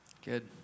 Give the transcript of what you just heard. Good